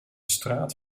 straat